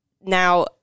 Now